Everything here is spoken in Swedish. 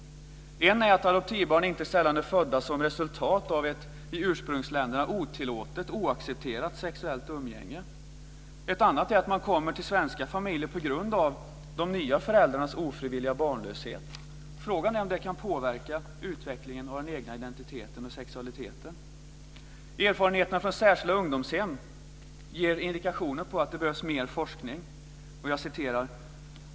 En är att adoptivbarn inte sällan är födda som resultat av ett i ursprungsländerna otillåtet och oaccepterat sexuellt umgänge. En annan är att de kommer till svenska familjer på grund av de nya föräldrarnas ofrivilliga barnlöshet. Frågan är om det kan påverka utvecklingen av den egna identiteten och sexualiteten. Erfarenheterna från särskilda ungdomshem ger indikationer på att det behövs mer forskning.